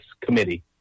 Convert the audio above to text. committee